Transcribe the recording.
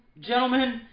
Gentlemen